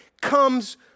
comes